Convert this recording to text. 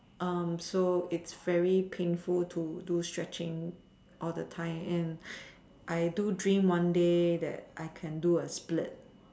so it is very painful to do stretching all the time and I do dream one day that I can do a split